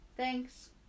Thanks